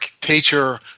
teacher